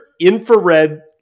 infrared